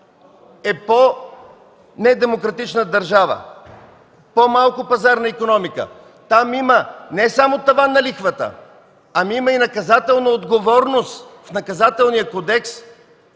е по недемократична държава, с по-малко пазарна икономика? Там има не само таван на лихвата, а и наказателна отговорност в Наказателния кодекс,